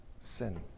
sin